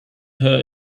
her